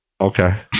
Okay